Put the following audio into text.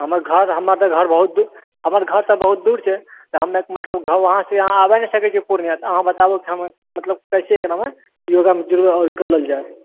हमर घर हमरा तऽ घर बहुत दूर हमर घर तऽ बहुत दूर छै तऽ हम मतलब वहाँ से यहाँ आबै नहि सकै छियै पूर्णिया तऽ अहाँ बताबु की हम मतलब कैसे एकरामे योगामे जुड़ करल जए